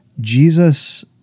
Jesus